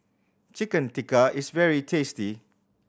Chicken Tikka is very tasty